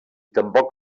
tampoc